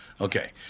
Okay